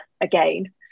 again